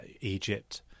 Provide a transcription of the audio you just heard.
egypt